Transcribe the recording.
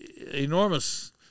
enormous